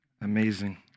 Amazing